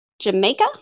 Jamaica